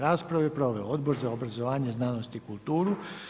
Raspravu je proveo Odbor za obrazovanje, znanost i kulturu.